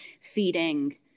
feeding